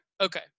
okay